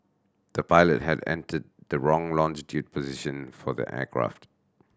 the pilot had entered the wrong longitudinal position for the aircraft